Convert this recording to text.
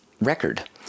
record